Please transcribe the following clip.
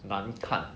难看